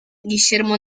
guillermo